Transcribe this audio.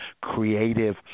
creative